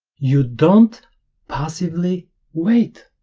you don't passively wait,